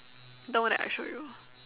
the one that I showed you